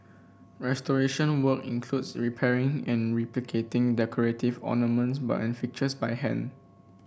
restoration work includes repairing and replicating decorative ornaments but fixtures by hand